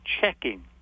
checking